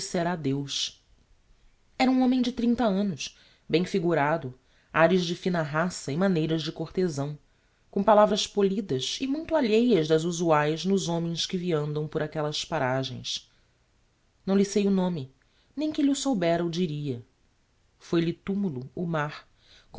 dissera adeus era um homem de trinta annos bem figurado ares de fina raça e maneiras de cortezão com palavras polidas e muito alheias das usuaes nos homens que viandam por aquellas paragens não lhe sei o nome nem que lh'o soubera o diria foi-lhe tumulo o mar